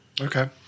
Okay